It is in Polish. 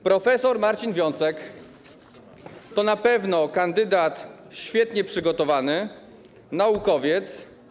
Prof. Marcin Wiącek to na pewno kandydat świetnie przygotowany, naukowiec.